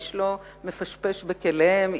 איש לא מפשפש בכליהם,